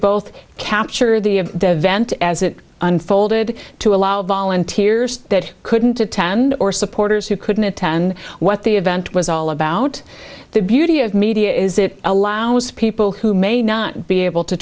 both capture the vent as it unfolded to allow volunteers that couldn't attend or supporters who couldn't attend what the event was all about the beauty of media is it allows people who may not be able to